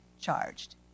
charged